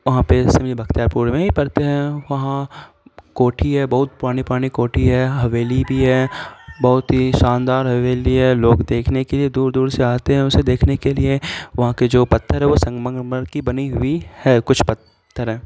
وہاں پہ سبھی بختیارپور میں ہی پڑھتے ہیں وہاں کوٹھی ہے بہت پرانی پرانی کوٹھی ہے حویلی بھی ہے بہت ہی شاندار حویلی ہے لوگ دیکھنے کے لیے دور دور سے آتے ہیں اسے دیکھنے کے لیے وہاں کے جو پتھر ہیں وہ سنگ مرمر کی بنی ہوئی ہے کچھ پتھر ہیں